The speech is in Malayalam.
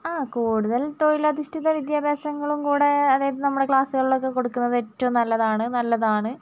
ആ കൂടുതൽ തൊഴിലധിഷ്ഠിത വിദ്യാഭ്യാസങ്ങളുംകൂടി അതായത് നമ്മുടെ ക്ലാസ്സുകളിലൊക്കെ കൊടുക്കുന്നത് ഏറ്റവും നല്ലതാണ് നല്ലതാണ്